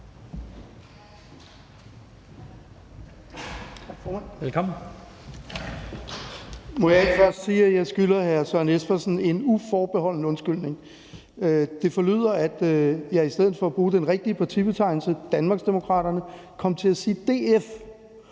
jeg skylder hr. Søren Espersen en uforbeholden undskyldning. Det forlyder, at jeg i stedet for at bruge den rigtige partibetegnelse, Danmarksdemokraterne, kom til at sige »DF«.